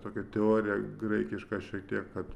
tokią teoriją graikišką šiek tiek kad